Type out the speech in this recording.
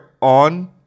on